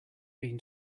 been